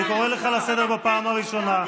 אני קורא אותך לסדר בפעם הראשונה.